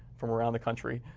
from around the country.